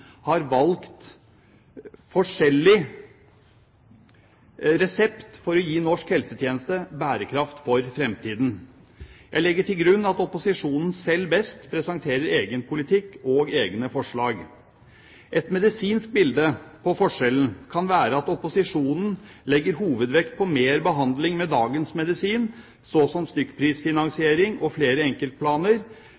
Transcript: har valgt forskjellig resept for å gi norsk helsetjeneste bærekraft for fremtiden. Jeg legger til grunn at opposisjonen selv best presenterer egen politikk og egne forslag. Et medisinsk bilde på forskjellen kan være at opposisjonen legger hovedvekt på mer behandling med dagens medisin, så som